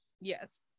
Yes